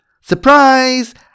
Surprise